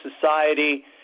society